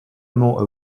more